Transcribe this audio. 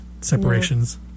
separations